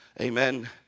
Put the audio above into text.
Amen